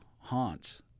haunts